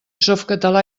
softcatalà